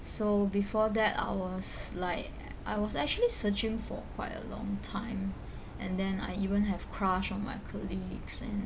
so before that I was like I was actually searching for quite a long time and then I even have crush on my colleagues in